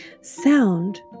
Sound